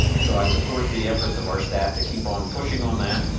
so i support the efforts of our staff to keep on pushing on that.